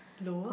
lower